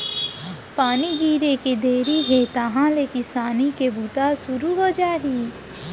पानी गिरे के देरी हे तहॉं ले किसानी के बूता ह सुरू हो जाही